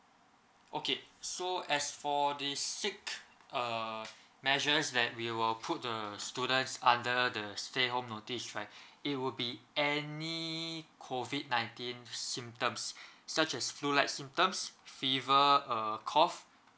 okay so as for the sick uh measures that we will put the students under the stay home notice right it will be any COVID nineteenth symptoms such as flu like symptoms fever uh cough